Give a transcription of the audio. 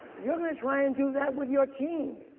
you're gonna try and do that with your team.